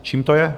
Čím to je?